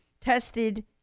tested